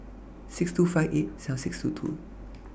six thousand two hundred and fifty eight seven thousand six hundred and twenty two